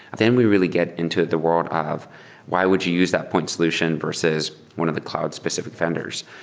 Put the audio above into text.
then we really get into the world of why would you use that point solution versus one of the cloud specific vendors?